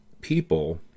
people